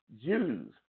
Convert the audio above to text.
Jews